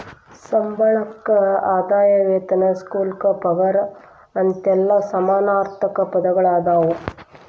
ಸಂಬಳಕ್ಕ ಆದಾಯ ವೇತನ ಶುಲ್ಕ ಪಗಾರ ಅಂತೆಲ್ಲಾ ಸಮಾನಾರ್ಥಕ ಪದಗಳದಾವ